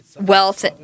wealth